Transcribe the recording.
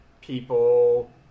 people